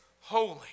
holy